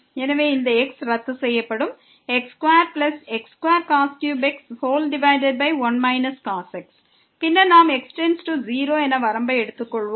எனவே இந்த x ரத்து செய்யப்படும் x2x2x 1 cos x பின்னர் நாம் x→0 என வரம்பை எடுத்துக்கொள்வோம்